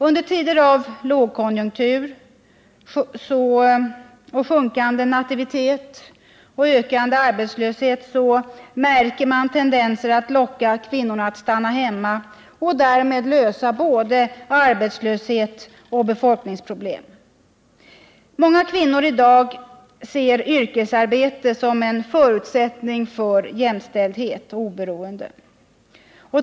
Under tider av lågkonjunktur, sjunkande nativitet och ökande arbetslöshet märks tendenser att locka kvinnor att stanna hemma för att därmed lösa arbetslöshetsoch befolkningsproblem. Många kvinnor ser i dag yrkesarbete som en förutsättning för jämställdhet och oberoende.